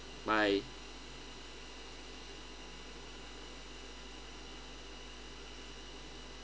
bye